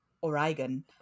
Oregon